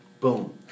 Boom